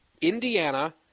Indiana